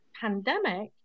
pandemic